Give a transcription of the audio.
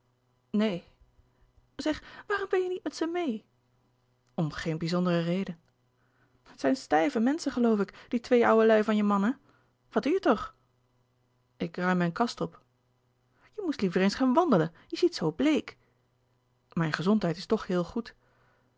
neen zeg waarom ben je niet met ze meê om geen bizondere reden het zijn stijve menschen geloof ik die twee ouwe lui van je man hè wat doe je toch ik ruim mijn kast op je moest liever eens gaan wandelen je ziet zoo bleek mijn gezondheid is toch heel goed